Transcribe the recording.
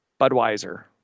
Budweiser